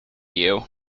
you